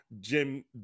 Jim